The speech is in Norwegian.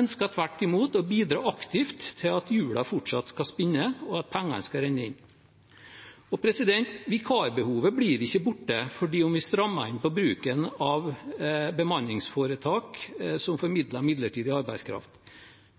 ønsker tvert imot å bidra aktivt til at hjulene fortsatt skal spinne, og at pengene skal renne inn. Vikarbehovet blir ikke borte selv om vi strammer inn på bruken av bemanningsforetak som formidler midlertidig arbeidskraft.